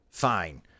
fine